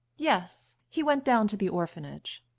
yes he went down to the orphanage.